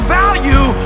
value